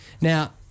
Now